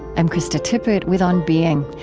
i'm krista tippett with on being,